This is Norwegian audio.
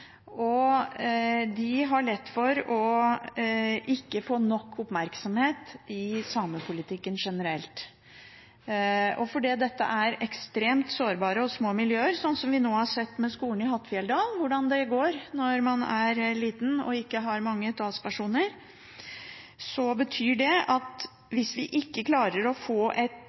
og de har lett for ikke å få nok oppmerksomhet i samepolitikken generelt. Fordi dette er ekstremt sårbare og små miljøer – slik som vi nå har sett med skolen i Hattfjelldal og hvordan det går når man er liten og ikke har mange talspersoner – betyr det at